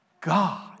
God